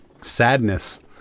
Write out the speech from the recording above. sadness